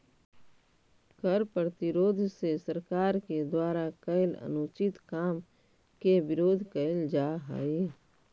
कर प्रतिरोध से सरकार के द्वारा कैल अनुचित काम के विरोध कैल जा हई